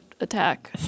attack